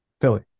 philly